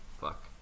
Fuck